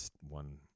one